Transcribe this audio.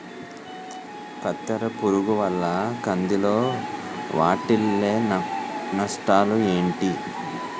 కత్తెర పురుగు వల్ల కంది లో వాటిల్ల నష్టాలు ఏంటి